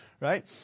Right